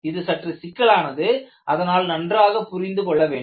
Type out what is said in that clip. இது சற்று சிக்கலானது அதனால் நன்றாக புரிந்து கொள்ள வேண்டும்